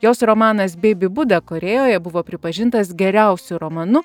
jos romanas beibi buda korėjoje buvo pripažintas geriausiu romanu